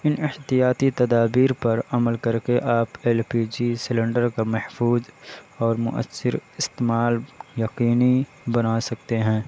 ان احتیاطی تدابیر پر عمل کر کے آپ ایل پی جی سیلنڈر کا محفوظ اور مؤثر استعمال یقینی بنا سکتے ہیں